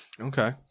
Okay